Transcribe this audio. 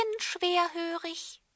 schwerhörig